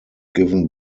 given